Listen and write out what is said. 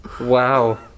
Wow